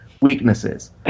Weaknesses